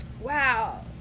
wow